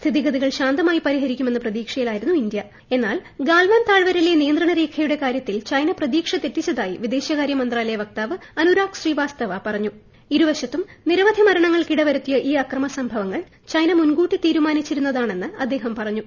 സ്ഥിതിഗതികൾ ശാന്തമായി പരിഹരിക്കുമെന്ന പ്രതീക്ഷയിലായിരുന്നു ഇന്ത്യ എന്നാൽ ഗാൽവാൻ താഴ്വരയിലെ നിയന്ത്രണരേഖയുടെ കാര്യത്തിൽ ചൈന പ്രതീക്ഷ തെറ്റിച്ചതായി വിദേശകാര്യ മന്ത്രാലയ വക്താവ് അനുരാഗ് ശ്രീവാത്സവ ഇരുവശത്തും നിരവധി മരണങ്ങൾക്കിടവരുത്തിയ ഈ അക്രമ സംഭവങ്ങൾ ചൈന മുൻകൂട്ടി തീരുമാനിച്ചിരുന്നതാണെന്ന് അദ്ദേഹം പറഞ്ഞു